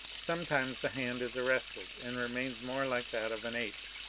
sometimes the hand is arrested, and remains more like that of an ape.